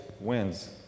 wins